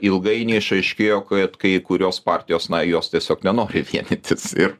ilgainiui išaiškėjo kad kai kurios partijos na jos tiesiog nenori vienytis ir